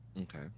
Okay